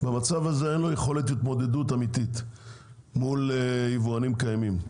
במצב הזה אין לו יכולת התמודדות אמיתית מול יבואנים קיימים.